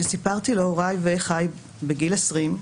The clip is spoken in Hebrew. כשסיפרתי להוריי ואחיי בגיל 20,